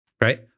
right